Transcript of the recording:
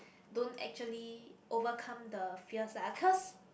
don't actually overcome the fears lah cause